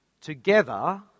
together